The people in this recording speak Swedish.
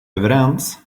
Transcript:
överens